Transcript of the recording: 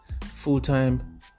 Full-time